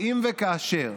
שאם וכאשר